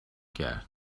کرد